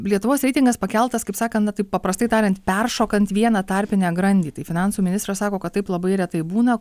lietuvos reitingas pakeltas kaip sakant na taip paprastai tariant peršokant vieną tarpinę grandį tai finansų ministras sako kad taip labai retai būna